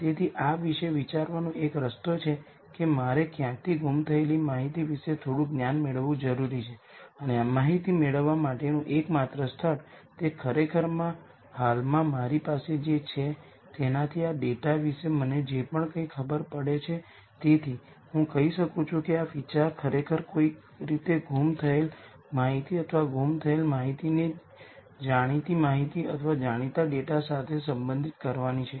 તેથી આ વિશે વિચારવાનો એક રસ્તો છે કે મારે ક્યાંકથી ગુમ થયેલી માહિતી વિશે થોડું જ્ઞાન મેળવવું જરૂરી છે અને આ માહિતી મેળવવા માટેનું એકમાત્ર સ્થળ તે ખરેખર હાલમાં મારી પાસે જે છે તેનાથી આ ડેટા વિશે મને જે કંઈપણ ખબર છે તેથી હું કહી શકું છું કે વિચાર ખરેખર કોઈક રીતે ગુમ થયેલ માહિતી અથવા ગુમ થયેલ માહિતીને જાણીતી માહિતી અથવા જાણીતા ડેટા સાથે સંબંધિત કરવાની છે